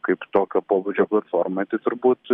kaip tokio pobūdžio platformai tai turbūt